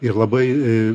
ir labai